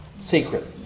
secret